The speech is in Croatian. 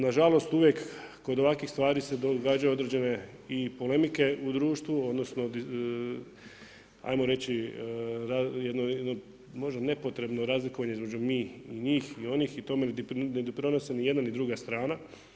Nažalost, uvijek, kod ovakvih stvari se događaju određene i polemike u društvu, odnosno, ajmo reći možda nepotrebno razlikovanje između mi i njih i onih i tome ne doprinose ni jedna ni druga strana.